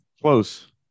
Close